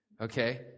Okay